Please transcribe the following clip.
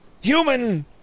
human